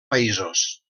països